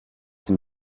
dem